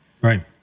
right